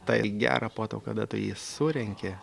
tai gera po to kada tu jį surenki